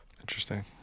Interesting